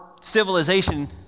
civilization